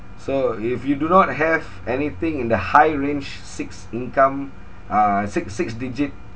so if you do not have anything in the high range six income uh six six digit